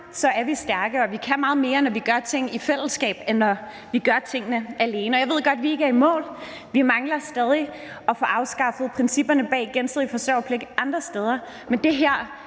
er vi stærkere. Vi kan meget mere, når vi gør ting i fællesskab, end når vi gør tingene alene. Jeg ved godt, at vi ikke er i mål. Vi mangler stadig at få afskaffet principperne bag gensidig forsørgerpligt andre steder, men det her